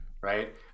Right